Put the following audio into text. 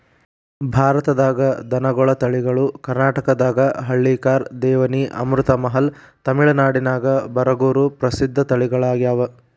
ಭಾರತದಾಗ ದನಗೋಳ ತಳಿಗಳು ಕರ್ನಾಟಕದಾಗ ಹಳ್ಳಿಕಾರ್, ದೇವನಿ, ಅಮೃತಮಹಲ್, ತಮಿಳನಾಡಿನ್ಯಾಗ ಬರಗೂರು ಪ್ರಸಿದ್ಧ ತಳಿಗಳಗ್ಯಾವ